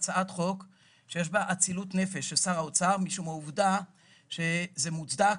בהצעת חוק שיש בה אצילות נפש של שר האוצר משום העובדה שזה מוצדק,